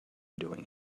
doing